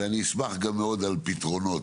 ואני אשמח גם מאוד על פתרונות,